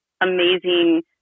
amazing